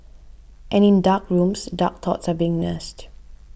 and in dark rooms dark thoughts are being nursed